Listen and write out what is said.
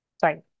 Sorry